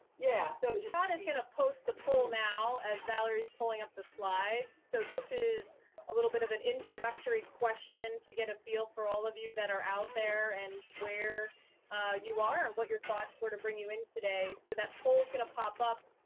yeah. so todd is gonna post the poll now as valerie's pulling up the slides. so this is a little bit of an introductory question to get a feel for all of you that are out there and where you are and what your thoughts were to bring you in today. so that poll's gonna pop up.